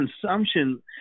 consumption